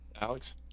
Alex